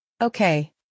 Okay